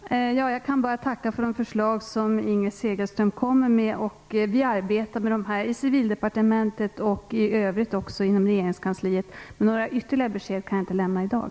Herr talman! Jag kan bara tacka för de förslag som Inger Segelström kommer med. Vi arbetar med de här frågorna i Civildepartementet och även i övrigt inom regeringskansliet. Men några ytterligare besked kan jag inte lämna i dag.